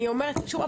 אני אומרת שוב,